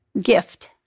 Gift